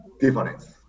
difference